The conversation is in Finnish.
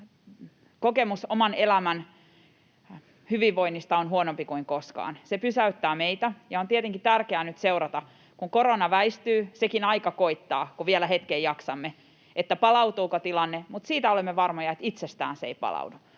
kokemus oman elämän hyvinvoinnista on huonompi kuin koskaan — se pysäyttää meidät. On tietenkin tärkeää nyt seurata, kun korona väistyy — sekin aika koittaa, kunhan vielä hetken jaksamme — palautuuko tilanne, mutta siitä olemme varmoja, että itsestään se ei palaudu.